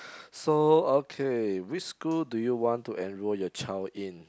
so okay which school do you want to enroll your child in